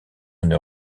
une